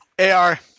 AR